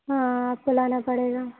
हाँ आपको लाना पड़ेगा